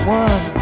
one